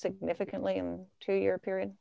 significantly in two year period